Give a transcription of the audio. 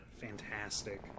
fantastic